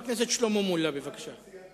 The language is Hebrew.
חבר הכנסת שלמה מולה, בבקשה.